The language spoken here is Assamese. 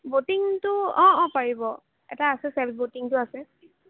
ব'টিঙটো অঁ অঁ পাৰিব এটা আছে চেলফ বটিঙটো আছে